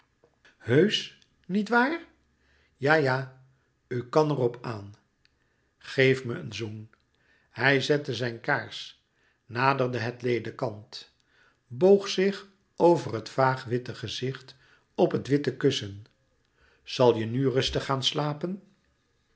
heusch niet waar ja ja u kan er op aan geef me een zoen hij zette zijn kaars naderde het ledekant boog zich over het vaag witte gezicht op het witte kussen louis couperus metamorfoze zal je nu rustig gaan slapen